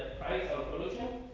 price of illusion,